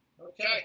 Okay